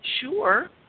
sure